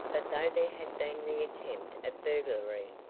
but though there had been the attempt at burglary,